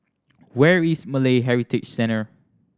where is Malay Heritage Centre